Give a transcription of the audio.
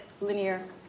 linear